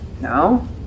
No